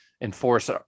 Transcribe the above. enforce